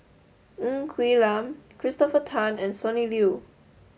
Ng Quee Lam Christopher Tan and Sonny Liew